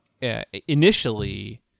initially